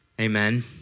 Amen